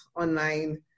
online